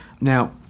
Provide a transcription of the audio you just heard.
Now